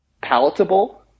palatable